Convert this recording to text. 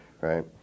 right